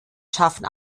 schaffen